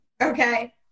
okay